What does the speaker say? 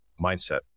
mindset